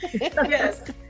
yes